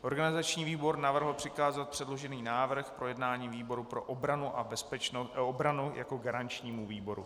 Organizační výbor navrhl přikázat předložený návrh k projednání výboru pro obranu a bezpečnost obranu jako garančnímu výboru.